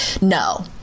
no